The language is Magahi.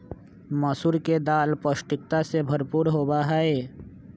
मसूर के दाल पौष्टिकता से भरपूर होबा हई